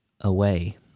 away